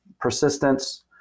persistence